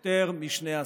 יותר משני עשורים.